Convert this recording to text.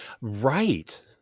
right